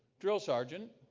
drill-sergeant,